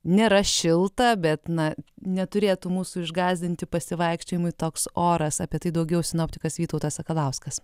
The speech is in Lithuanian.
nėra šilta bet na neturėtų mūsų išgąsdinti pasivaikščiojimui toks oras apie tai daugiau sinoptikas vytautas sakalauskas